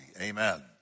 Amen